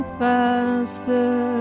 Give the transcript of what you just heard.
faster